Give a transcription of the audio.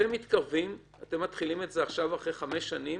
אתם מתחילים את החקירה אחרי חמש שנים.